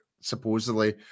supposedly